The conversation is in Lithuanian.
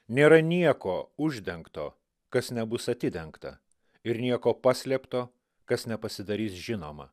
nėra nieko uždengto kas nebus atidengta ir nieko paslėpto kas nepasidarys žinoma